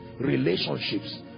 relationships